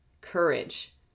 Courage